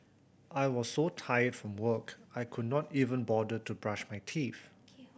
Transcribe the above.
I was so tired from work I could not even bother to brush my teeth